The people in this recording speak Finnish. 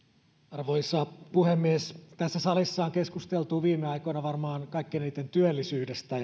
arvoisa puhemies tässä salissa on keskusteltu viime aikoina varmaan kaikkein eniten työllisyydestä